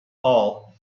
paul